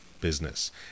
business